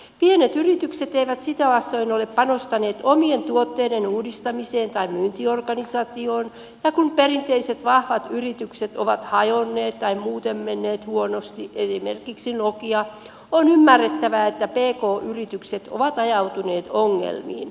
pienet yritykset eivät sitä vastoin ole panostaneet omien tuotteidensa uudistamiseen tai myyntiorganisaatioon ja kun perinteiset vahvat yritykset ovat hajonneet tai muuten niillä on mennyt huonosti esimerkiksi nokia on ymmärrettävää että pk yritykset ovat ajautuneet ongelmiin